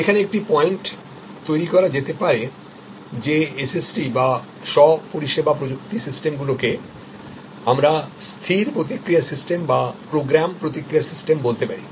এখানে একটি পয়েন্ট তৈরি করা যেতে পারে যে এসএসটি বা স্ব পরিষেবা প্রযুক্তি সিস্টেমগুলিকে আমরা স্থির প্রতিক্রিয়া সিস্টেম বা প্রোগ্রাম প্রতিক্রিয়া সিস্টেম বলতে পারি